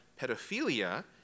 pedophilia